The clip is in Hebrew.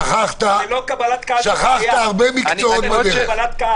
שכחת הרבה מקצועות בדרך.